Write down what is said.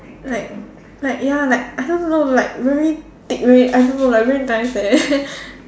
like like ya like I don't know like very thick very I don't know like very nice eh